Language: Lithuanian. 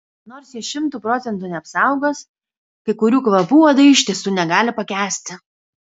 nors jie šimtu procentų neapsaugos kai kurių kvapų uodai iš tiesų negali pakęsti